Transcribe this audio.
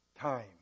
time